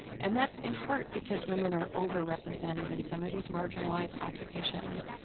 and that's in part because women are over-represented in some of these marginalized occupations,